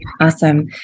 Awesome